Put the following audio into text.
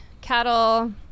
cattle